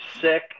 sick